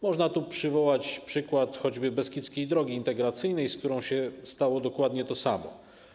Można tu przywołać przykład choćby Beskidzkiej Drogi Integracyjnej, z którą stało się dokładnie to samo.